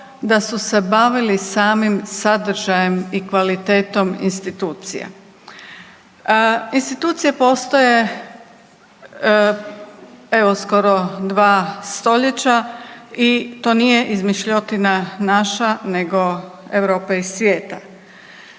da su se bavili samim sadržajem i kvalitetom institucije. Institucije postoje evo skoro dva stoljeća i to nije izmišljotina naša nego Europe i svijeta.